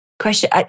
question